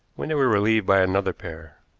when they were relieved by another pair.